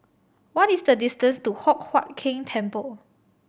what is the distance to Hock Huat Keng Temple